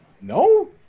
No